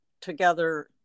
together